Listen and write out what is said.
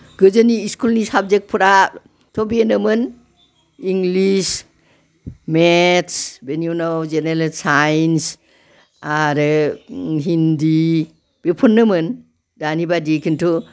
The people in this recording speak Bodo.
गोदोनि स्कुलनि साबजेक्टफोराथ' बेनोमोन इंलिस मेट्स बेनि उनाव जेनेरेल साइन्स आरो हिन्दी बेफोरनोमोन दानि बादि खिन्थु